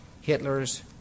Hitler's